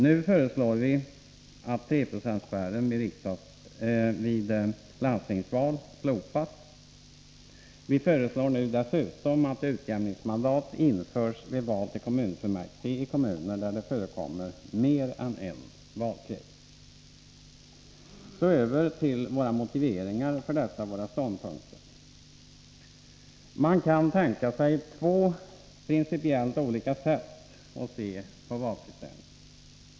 Nu föreslår vi att 3 Zo-spärren vid landstingsval slopas. Vi föreslår dessutom att utjämningsmandat införs vid val till kommunfullmäktige i kommuner där det förekommer mer än en valkrets. Så över till våra motiveringar för dessa våra ståndpunkter. Man kan tänka sig två principiellt olika sätt att se på valsystemet.